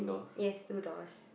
yes two doors